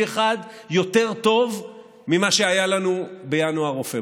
אחד יותר טוב ממה שהיה לנו בינואר או בפברואר.